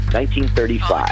1935